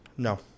No